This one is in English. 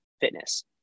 fitness